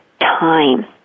time